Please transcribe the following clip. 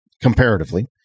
comparatively